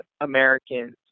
Americans